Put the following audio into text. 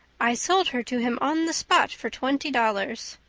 i sold her to him on the spot for twenty dollars.